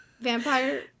vampire